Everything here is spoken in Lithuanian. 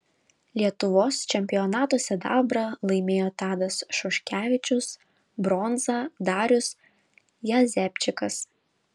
lietuvos čempionato sidabrą laimėjo tadas šuškevičius bronzą darius jazepčikas